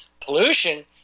pollution